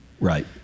right